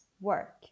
work